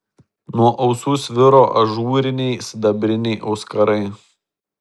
nuo ausų sviro ažūriniai sidabriniai auskarai